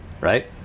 Right